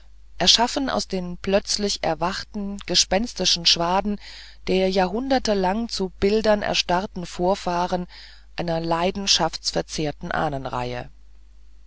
erschaffen aus den plötzlich erwachten gespenstischen schwaden der jahrhundertelang zu bildern erstarrten vorfahren einer leidenschaftsverzehrten ahnenreihe